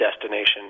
destination